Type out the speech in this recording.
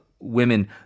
women